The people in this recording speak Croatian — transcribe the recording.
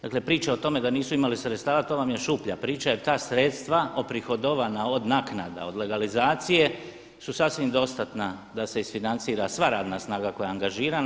Dakle priča o tome da nisu imali sredstava to vam je šuplja priča jer ta sredstva oprihodovana od naknada, od legalizacije su sasvim dostatna da se isfinancira sva radna snaga koja je angažirana.